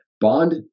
bond